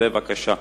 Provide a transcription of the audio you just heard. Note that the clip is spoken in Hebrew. בבקשה.